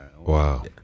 Wow